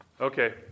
Okay